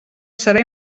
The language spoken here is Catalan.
serà